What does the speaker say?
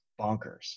bonkers